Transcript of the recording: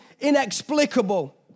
inexplicable